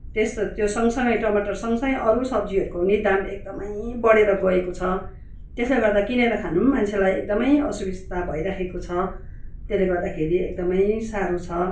त्यस्तो त्यो सँगसँगै टमाटर सँगसँगै अरू सब्जीहरूको पनि दाम एकदमै बढेर गएको छ त्यसले गर्दा किनेर खानु पनि मान्छेलाई एकदमै असुबिस्ता भइरहेको छ त्यले गर्दाखेरि एकदमै साह्रो छ